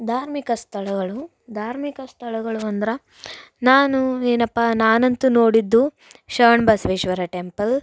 ಧಾರ್ಮಿಕ ಸ್ಥಳಗಳು ಧಾರ್ಮಿಕ ಸ್ಥಳಗಳು ಅಂದ್ರೆ ನಾನು ಏನಪ್ಪಾ ನಾನಂತು ನೋಡಿದ್ದು ಶ್ರವಣ ಬಸ್ವೇಶ್ವರ ಟೆಂಪಲ್